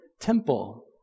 temple